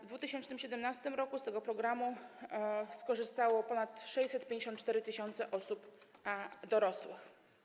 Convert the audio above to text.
W 2017 r. z tego programu skorzystało ponad 654 tys. osób dorosłych.